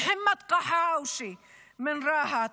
מוחמד קחאושה מרהט,